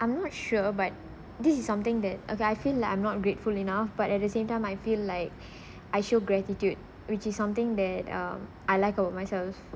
I'm not sure but this is something that okay I feel like I'm not grateful enough but at the same time I feel like I show gratitude which is something that uh I like about myself